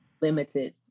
limited